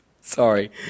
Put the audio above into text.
sorry